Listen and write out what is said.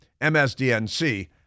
MSDNC